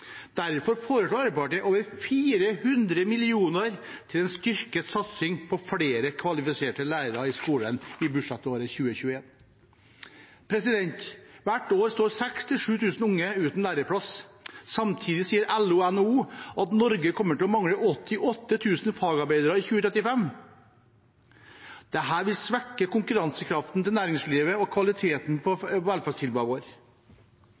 Derfor foreslår Arbeiderpartiet over 400 mill. kr til en styrket satsing på flere kvalifiserte lærere i skolen i budsjettåret 2021. Hvert år står 6 000–7 000 unge uten læreplass. Samtidig sier LO og NHO at Norge kommer til å mangle 88 000 fagarbeidere i 2035. Dette vil svekke næringslivets konkurransekraft og kvaliteten på